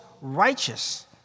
righteous